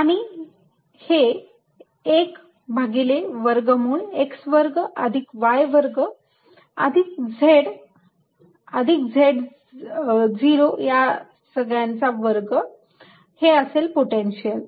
आणि हे 1 भागिले वर्गमूळ x वर्ग अधिक y वर्ग अधिक z अधिक z0 सगळ्यांचा वर्ग हे असेल पोटेन्शियल